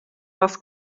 was